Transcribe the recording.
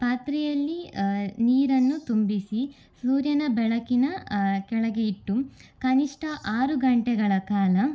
ಪಾತ್ರೆಯಲ್ಲಿ ನೀರನ್ನು ತುಂಬಿಸಿ ಸೂರ್ಯನ ಬೆಳಕಿನ ಕೆಳಗೆ ಇಟ್ಟು ಕನಿಷ್ಟ ಆರು ಗಂಟೆಗಳ ಕಾಲ